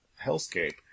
hellscape